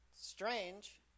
Strange